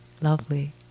Lovely